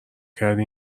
کردی